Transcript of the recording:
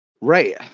Right